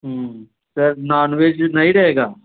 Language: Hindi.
हम्म सर नॉनवेज भी नहीं रहेगा